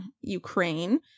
Ukraine